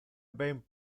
ben